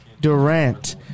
Durant